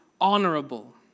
honorable